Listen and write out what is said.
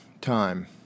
time